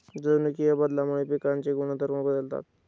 जनुकीय बदलामुळे पिकांचे गुणधर्म बदलतात